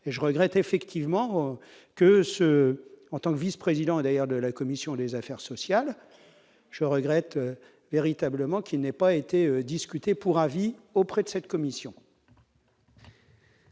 et je regrette effectivement que ce en tant que vice-président et d'ailleurs de la commission des affaires sociales, je regrette véritablement qu'il n'ait pas été discutée pour avis auprès de cette commission.